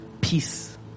peace